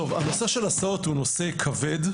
הנושא של הסעות הוא נושא כבד,